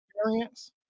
experience